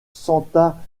santa